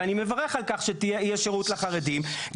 ואני מברך על כך שיהיה שירות לחרדים,